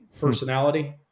personality